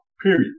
period